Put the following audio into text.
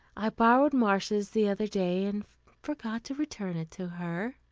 i borrowed marcia's the other day, and forgot to return it to her